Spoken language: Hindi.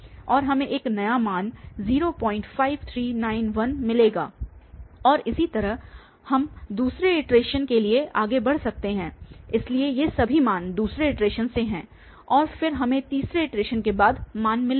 और हमें एक नया मान 05391 मिलेगा और इसी तरह हम दूसरे इटरेशन के लिए आगे बढ़ सकते हैं इसलिए ये सभी मान दूसरे इटरेशन से हैं और फिर हमें तीसरे इटरेशन के बाद मान मिलेंगे